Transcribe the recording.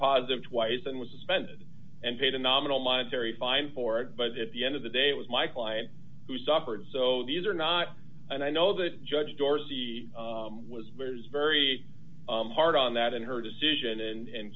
positive twice and was suspended and paid a nominal monetary fine for it but at the end of the day it was my client who suffered so these are not and i know that judge dorsey was very very hard on that in her decision and cand